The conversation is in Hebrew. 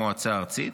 המועצה הארצית,